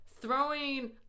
throwing